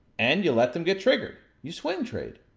and you let them get triggered, you swing trade.